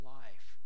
life